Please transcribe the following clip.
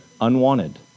Unwanted